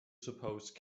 suppose